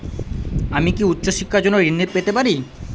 আমি কি উচ্চ শিক্ষার জন্য ঋণ পেতে পারি?